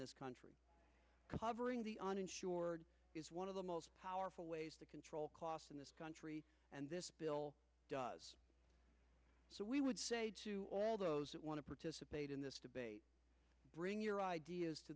this country covering the uninsured is one of the most powerful ways to control costs in this country and this bill does so we would all those that want to participate in this debate bring your ideas to